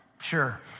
Sure